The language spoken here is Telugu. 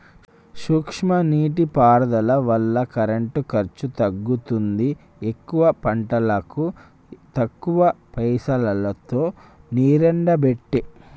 సూక్ష్మ నీటి పారుదల వల్ల కరెంటు ఖర్చు తగ్గుతుంది ఎక్కువ పంటలకు తక్కువ పైసలోతో నీరెండబట్టే